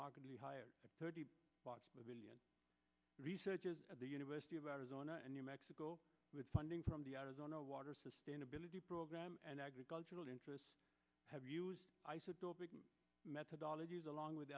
markedly higher thirty million researchers at the university of arizona and new mexico with funding from the arizona water sustainability program and agricultural interests have used i said the methodology is along with